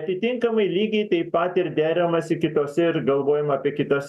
atitinkamai lygiai taip pat ir deramasi kitose ir galvojama apie kitas